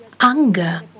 anger